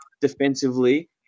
defensively